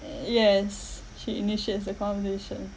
y~ yes she initiates the conversation